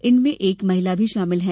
इनमें एक महिला भी शामिल है